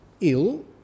ill